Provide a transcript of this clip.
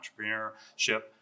entrepreneurship